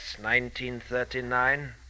1939